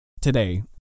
today